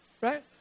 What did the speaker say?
Right